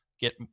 get